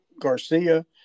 Garcia